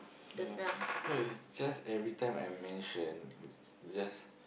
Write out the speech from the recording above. ya no it's just everytime I mention it's just